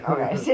Okay